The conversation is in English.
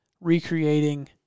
recreating